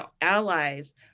allies